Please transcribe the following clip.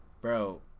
Bro